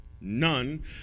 none